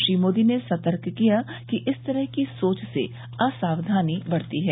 श्री मोदी ने सतर्क किया कि इस तरह की सोच से असावधानी बढती है